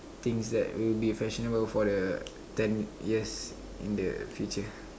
things that will be fashionable for the ten years in the future